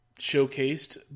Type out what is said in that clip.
showcased